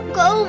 go